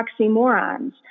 oxymorons